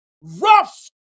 rough